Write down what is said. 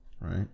right